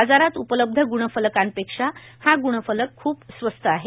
बाजारात उपलब्ध ग्णफलकांपेक्षा हा ग्णफलक खूप स्वस्त आहे